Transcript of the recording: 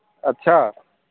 अच्छा